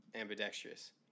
ambidextrous